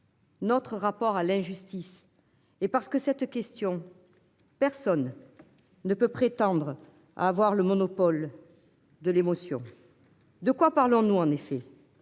Notre rapport à l'injustice. Et parce que cette question. Personne. Ne peut prétendre à avoir le monopole. De l'émotion. De quoi parlons-nous. En effet.